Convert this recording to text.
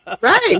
Right